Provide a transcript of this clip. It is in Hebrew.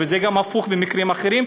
וזה גם הפוך במקרים אחרים,